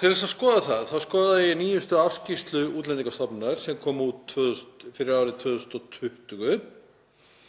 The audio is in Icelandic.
Til að skoða það skoðaði ég nýjustu ársskýrslu Útlendingastofnunar sem kom út fyrir árið 2020.